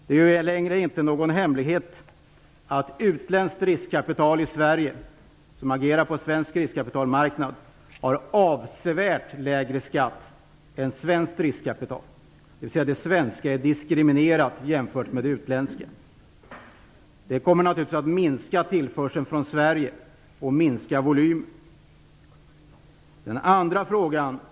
Det är ju inte längre någon hemlighet att det för utländskt riskkapital i Sverige, vilket agerar på svensk riskkapitalmarknad, är avsevärt lägre skatt än för svenskt riskkapital. Det svenska riskkapitalet är alltså diskriminerat jämfört med det utländska. Det kommer naturligtvis att minska tillförseln från Sverige, och det kommer att minska volymen.